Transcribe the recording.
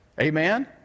Amen